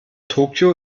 tokio